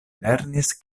lernis